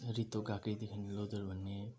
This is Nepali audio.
रित्तो गाग्री देख्यो भने लोदर भन्ने